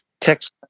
Text